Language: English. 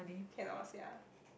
cannot sia